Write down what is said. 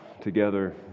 together